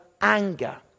anger